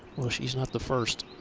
she's not the first.